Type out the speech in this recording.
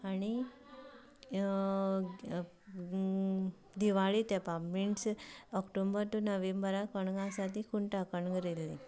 आनी दिवाळे तेंपा मिंट्स अक्टोंबर टू नव्हेंबराक कणगां आसा तीं खुंटा कणगां रोयल्लीं